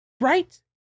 Right